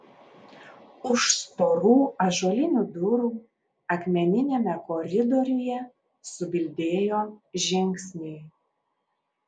už storų ąžuolinių durų akmeniniame koridoriuje subildėjo žingsniai